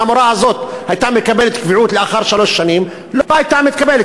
אם המורה הזאת הייתה מקבלת קביעות לאחר שלוש שנים היא לא הייתה מתקבלת,